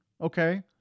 Okay